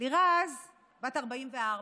לירז בת 44,